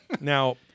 now